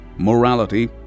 Morality